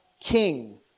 King